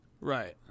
Right